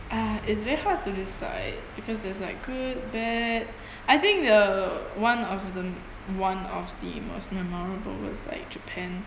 ah it's very hard to decide because it's like good bad I think the one of the one of the most memorable was like japan